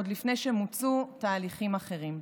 עוד לפני שמוצו תהליכים אחרים.